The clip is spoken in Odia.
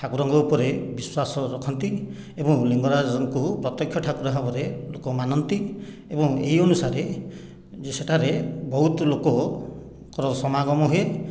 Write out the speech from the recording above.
ଠାକୁରଙ୍କ ଉପରେ ବିଶ୍ୱାସ ରଖନ୍ତି ଏବଂ ଲିଙ୍ଗରାଜଙ୍କୁ ପ୍ରତ୍ୟକ୍ଷ ଠାକୁର ଭାବରେ ଲୋକ ମାନନ୍ତି ଏବଂ ଏହି ଅନୁସାରେ ଯେ ସେଠାରେ ବହୁତ ଲୋକଙ୍କର ସମାଗମ ହୁଏ